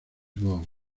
bond